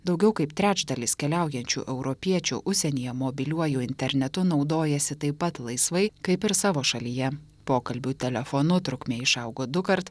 daugiau kaip trečdalis keliaujančių europiečių užsienyje mobiliuoju internetu naudojasi taip pat laisvai kaip ir savo šalyje pokalbių telefonu trukmė išaugo dukart